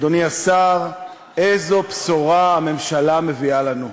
אדוני השר, איזו בשורה הממשלה מביאה לנו,